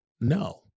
No